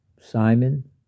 Simon